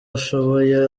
ashoboye